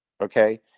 okay